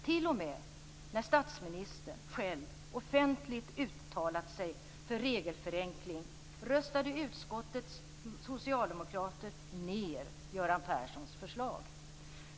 T.o.m. när statsministern själv offentligt uttalat sig för regelförenkling röstade utskottets socialdemokrater ned Göran Perssons förslag.